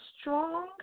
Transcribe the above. strong